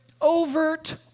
overt